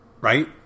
right